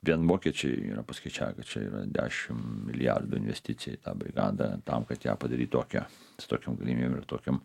vien vokiečiai yra paskaičiavę kad čia yra dešim milijardų investicija į tą brigadą tam kad ją padaryt tokią su tokiom galimybėm ir tokiom